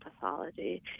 pathology